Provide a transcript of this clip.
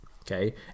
Okay